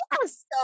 yes